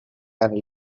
and